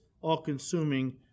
all-consuming